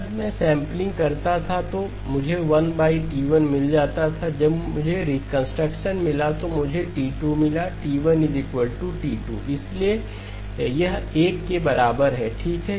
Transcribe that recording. जब मैं सैंपलिंग करता था तो मुझे 1 T1 मिल जाता था जब मुझे रिकंस्ट्रक्शन मिला तो मुझे T2 मिलाT1T2 इसलिए यह 1 के बराबर है ठीक है